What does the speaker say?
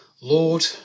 Lord